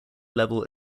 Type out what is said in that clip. level